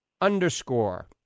underscore